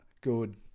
good